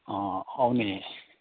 आउने